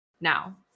now